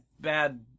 bad